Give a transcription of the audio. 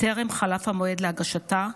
טרם חלף המועד להגשתה,